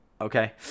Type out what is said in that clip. okay